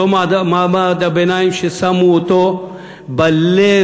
אותו מעמד הביניים ששמו אותו בלב,